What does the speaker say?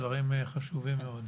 הדברים חשובים מאוד.